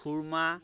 খুৰ্মা